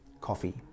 coffee